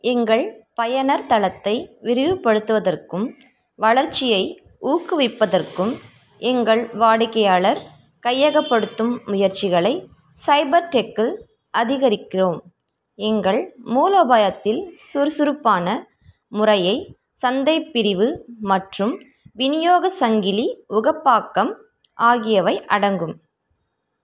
எங்கள் பயனர் தளத்தை விரிவுபடுத்துவதற்கும் வளர்ச்சியை ஊக்குவிப்பதற்கும் எங்கள் வாடிக்கையாளர் கையகப்படுத்தும் முயற்சிகளை சைபர் டெக்கில் அதிகரிக்கிறோம் எங்கள் மூலோபாயத்தில் சுறுசுறுப்பான முறையை சந்தைப் பிரிவு மற்றும் விநியோகச் சங்கிலி உகப்பாக்கம் ஆகியவை அடங்கும்